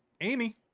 amy